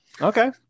Okay